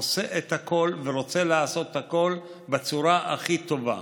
עושה את הכול ורוצה לעשות את הכול בצורה הכי טובה.